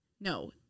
No